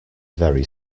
very